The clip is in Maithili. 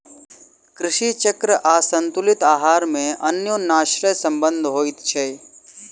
कृषि चक्र आसंतुलित आहार मे अन्योनाश्रय संबंध होइत छै